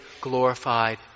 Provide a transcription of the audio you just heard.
glorified